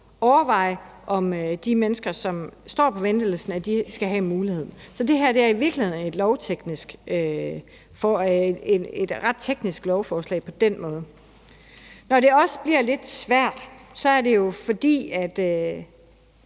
overveje, om de mennesker, som står på ventelisten, skal have muligheden. Så det her er i virkeligheden et ret teknisk lovforslag på den måde. Når det også bliver lidt svært, er det jo, fordi